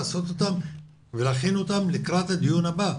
לעשות אותם ולהכין אותם לקראת הדיון הבא.